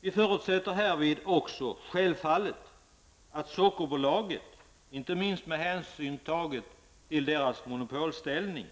Vi förutsätter härvid självfallet också att Sockerbolaget, inte minst med hänsyn tagen till deras monopolställning,